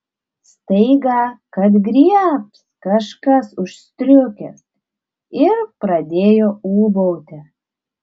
staiga kad griebs kažkas už striukės ir pradėjo ūbauti